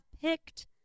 picked